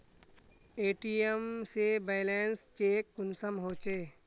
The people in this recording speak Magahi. ए.टी.एम से बैलेंस चेक कुंसम होचे?